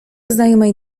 znajomej